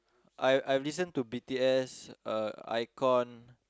I I've listen to B_T_S uh iKON